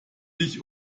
dich